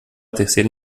terceira